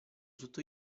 sotto